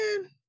Man